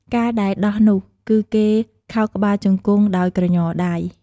ការដែលដោះនោះ គឺគេខោកក្បាលជង្គង់ដោយក្រញដៃ។